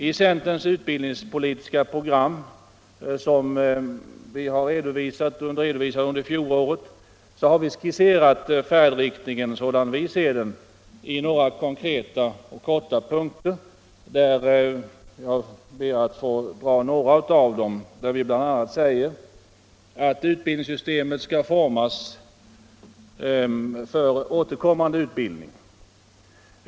I centerns utbildningspolitiska program, som det redovisades under fjolåret, har vi skisserat färdriktningen i några korta punkter. Vi säger bl.a.: Utbildningssystemet skall formas för återkommande utbildning.